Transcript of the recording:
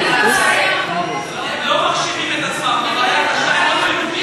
הולכים להחרים את מדינת ישראל.